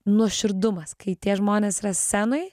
nuoširdumas kai tie žmonės yra scenoj